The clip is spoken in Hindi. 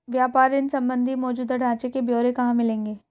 व्यापार ऋण संबंधी मौजूदा ढांचे के ब्यौरे कहाँ मिलेंगे?